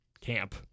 camp